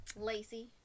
lacy